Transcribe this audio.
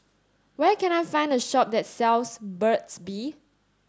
where can I find a shop that sells Burt's bee